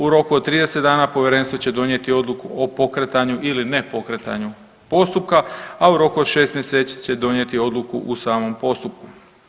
U roku od 30 dana povjerenstvo će donijeti odluku o pokretanju ili ne pokretanju postupka, a u roku od 6 mjeseci će donijeti odluku u samom postupku.